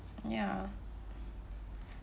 ya